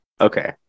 Okay